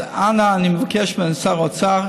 אז, אנא, אני מבקש משר האוצר.